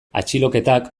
atxiloketak